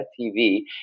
TV